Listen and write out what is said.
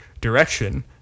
direction